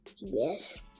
yes